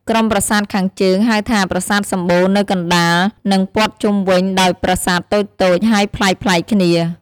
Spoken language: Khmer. ក្រុមប្រាសាទខាងជើង ហៅថាប្រាសាទសំបូរនៅកណ្តាល និងពទ្ធ័ជុំវិញដោយប្រាសាទតូចៗ ហើយប្លែកៗគ្នា។